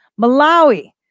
Malawi